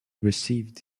received